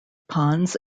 ponds